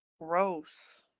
Gross